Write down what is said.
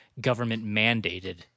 government-mandated